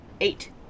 Eight